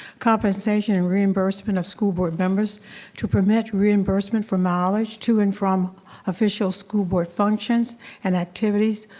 compensation and reimbursement of school board members to permit reimbursement for mileage to and from official school board functions and activities,